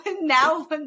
now